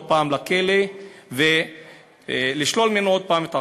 פעם לכלא ולשלול ממנו עוד פעם את החירות.